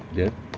then